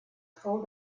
fou